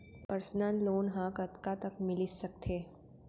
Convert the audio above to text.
Personal loan ह कतका तक मिलिस सकथे?